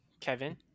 kevin